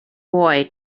boy